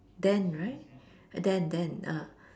then right then then ah